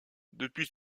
depuis